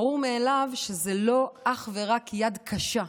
ברור מאליו שזה לא אך ורק יד קשה.